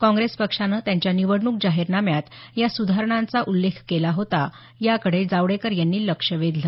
काँग्रेस पक्षाने त्यांच्या निवडणूक जाहीरनाम्यात या सुधारणांचा उल्लेख केला होता याकडे जावडेकर यांनी लक्ष वेधलं